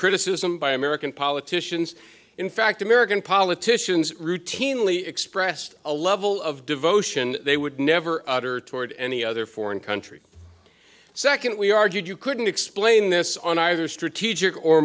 criticism by american politicians in fact american politicians routinely expressed a level of devotion they would never utter toward any other foreign country second we argued you couldn't explain this on either strategic or